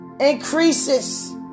increases